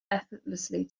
effortlessly